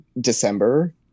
December